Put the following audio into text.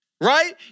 right